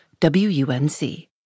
WUNC